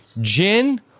Jin